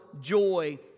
joy